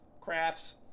Crafts